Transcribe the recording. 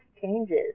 changes